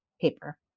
paper